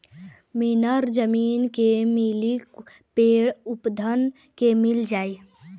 mineral जमीन के मिली कुल पेड़ पउधन के मिल जाई